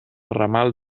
ramal